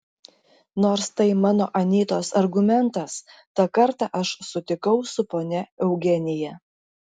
nors tai mano anytos argumentas tą kartą aš sutikau su ponia eugenija